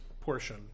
portion